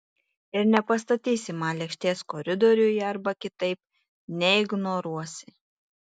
ir nepastatysi man lėkštės koridoriuje arba kitaip neignoruosi